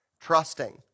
trusting